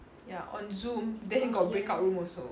ya on zoom then got break out room also